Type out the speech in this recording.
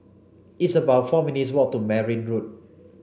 it's about four minutes' walk to Merryn Road